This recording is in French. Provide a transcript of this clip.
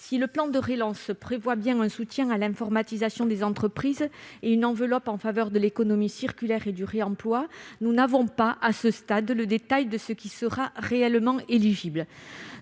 Si le plan de relance prévoit bien un soutien à l'informatisation des entreprises et une enveloppe en faveur de l'économie circulaire et du réemploi, nous n'avons pas, à ce stade, le détail de ce qui sera réellement éligible.